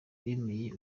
bemeye